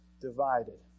divided